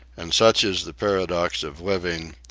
and such is the paradox of living,